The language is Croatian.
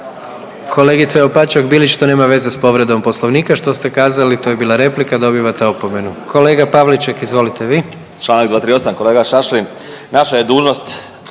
Kolegice Opačak Bilić to nema veze s povredom Poslovnika što ste kazali, to je bila replika, dobivate opomenu. Kolega Pavliček, izvolite vi. **Pavliček, Marijan (Hrvatski